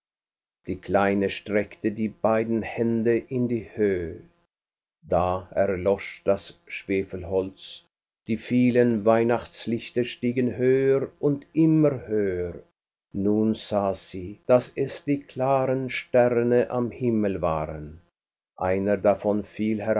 die kleine streckte die beiden hände in die höh da erlosch das schwefelholz die vielen weihnachtslichter stiegen höher und immer höher nun sah sie daß es die klaren sterne am himmel waren einer davon fiel